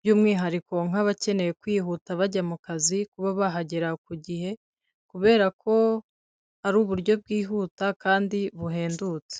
by'umwihariko nk'abakeneye kwihuta bajya mu kazi kuba bahagera ku gihe, kubera ko ari uburyo bwihuta kandi buhendutse.